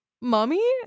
mommy